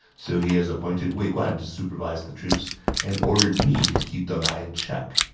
so he has appointed wei guan to supervise the troops and ordered me to keep deng ai in check.